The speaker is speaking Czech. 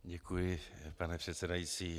Děkuji, pane předsedající.